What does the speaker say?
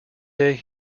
day